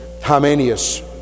Hymenius